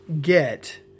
get